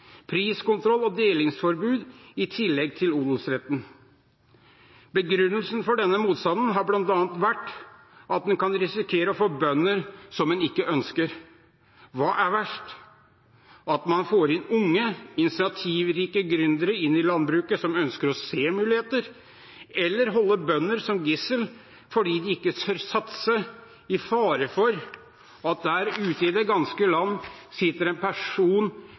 priskontroll og delingsforbud, i tillegg til odelsretten. Begrunnelsen for denne motstanden har bl.a. vært at en kan risikere å få bønder som en ikke ønsker. Hva er verst? At man får inn unge, initiativrike gründere i landbruket, som ønsker å se muligheter? Eller å holde bønder som gisler fordi de ikke tør å satse i fare for at det sitter en person